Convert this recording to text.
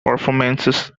performances